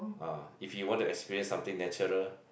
ah if you want to experience something natural